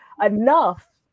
enough